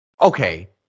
okay